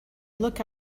look